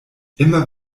immer